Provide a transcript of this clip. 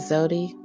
Zodi